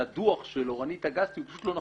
הדוח של אורנית אגסי הוא פשוט לא נכון.